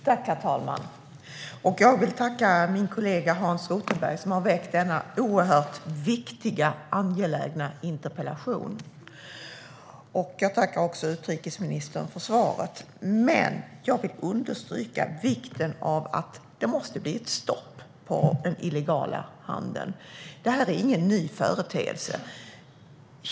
Herr talman! Jag vill tacka min kollega Hans Rothenberg som har ställt denna oerhört viktiga och angelägna interpellation. Jag tackar också utrikesministern för svaret, men jag vill understryka vikten av att få stopp på den illegala handeln. Detta är ingen ny företeelse.